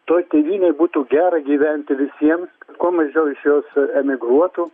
toj tėvynėj būtų gera gyventi visiems kuo mažiau iš jos emigruotų